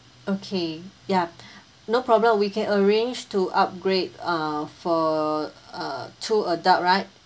okay yup no problem we can arrange to upgrade uh for uh two adult right